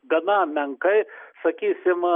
gana menkai sakysim